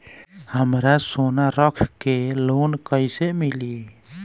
हमरा सोना रख के लोन कईसे मिली?